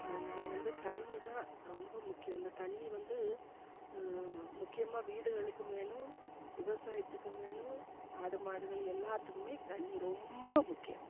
அதனால வந்து தண்ணி தான் ரொம்ப முக்கியம் இந்த தண்ணி வந்து முக்கியமாக வீடுகளுக்கும் வேணும் விவசாயத்துக்கும் வேணும் ஆடு மாடுகள் எல்லாத்துக்குமே தண்ணி ரொம்ப முக்கியம்